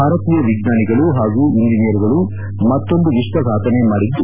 ಭಾರತೀಯ ವಿಜ್ಞಾನಿಗಳು ಹಾಗೂ ಎಂಜಿನಿಯರ್ ಗಳು ಮತ್ತೊಂದು ವಿಶ್ವ ಸಾಧನೆ ಮಾಡಿದ್ದು